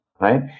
Right